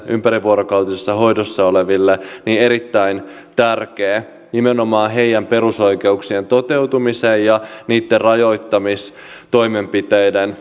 ympärivuorokautisessa hoidossa oleville muistisairaille ihmisille erittäin tärkeä nimenomaan heidän perusoikeuksiensa toteutumisen ja ja niiden rajoittamistoimenpiteiden